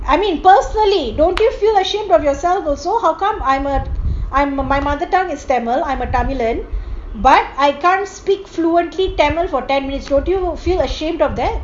I mean personally don't you feel ashamed of yourself also how come I'm uh I'm uh my mother tongue is tamil I'm a tamilian but I can't speak fluently tamil for ten minutes don't you feel ashamed of that